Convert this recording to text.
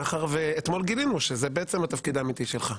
מאחר וגילינו שזה התפקיד האמיתי שלך,